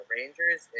Rangers